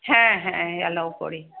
হ্যাঁ হ্যাঁ এলাও করি